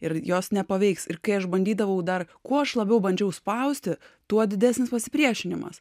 ir jos nepaveiks ir kai aš bandydavau dar kuo aš labiau bandžiau spausti tuo didesnis pasipriešinimas